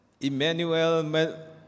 Emmanuel